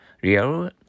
real